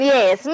Yes